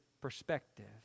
perspective